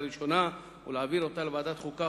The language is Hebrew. ראשונה ולהעביר אותה לוועדת החוקה,